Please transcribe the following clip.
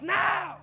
now